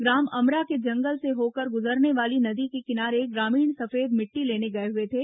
ग्राम अमरा के जंगल से होकर गुजरने वाली नदी के किनारे ग्रामीण सफेद मिट्टी लेने गए हुए थे